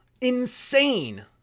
Insane